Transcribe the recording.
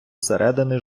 середини